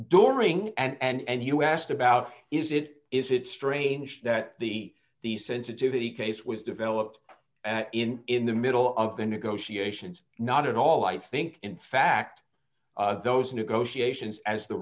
during and you asked about is it is it strange that the the sensitivity case was developed in in the middle of the negotiations not at all i think in fact those negotiations as the